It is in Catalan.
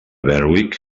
berwick